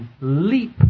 leap